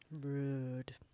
Rude